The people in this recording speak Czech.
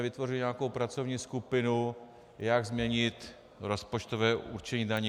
Vytvořili jsme nějakou pracovní skupinu jak změnit rozpočtové určení daní.